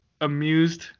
amused